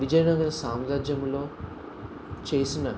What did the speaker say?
విజయనగర సామ్రాజ్యంలో చేసిన